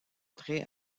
trait